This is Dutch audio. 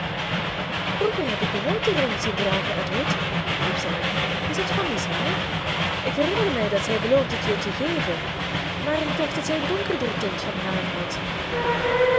vroeger heb ik je nooit een ring zien dragen edward riep zij is dat fanny's haar ik herinner mij dat zij beloofde t je te geven maar ik dacht dat zij een donkerder tint van haar had